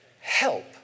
help